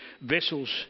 vessels